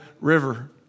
River